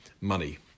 money